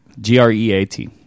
G-R-E-A-T